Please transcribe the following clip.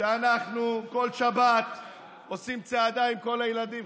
שאנחנו כל שבת עושים צעדה עם כל הילדים,